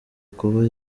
kuba